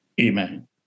Amen